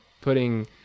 putting